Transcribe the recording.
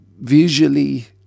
visually